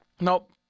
Nope